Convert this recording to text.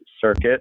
circuit